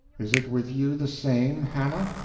is it with you the same, hannah?